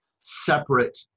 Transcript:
separate